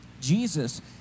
Jesus